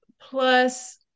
plus